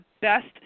best